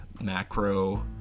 macro